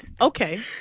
Okay